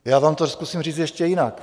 Já vám to zkusím říct ještě jinak.